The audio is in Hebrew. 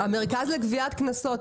המרכז לגביית קנסות,